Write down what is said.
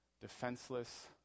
Defenseless